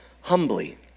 humbly